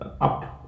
up